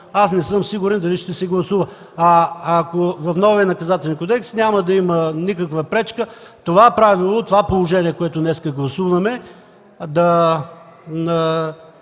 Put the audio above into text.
Аз не съм сигурен дали ще се гласува. В новия Наказателен кодекс няма да има никаква пречка това правило, това положение, което днес гласуваме, да